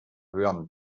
hören